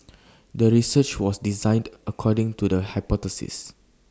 the research was designed according to the hypothesis